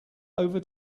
over